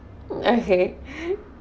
okay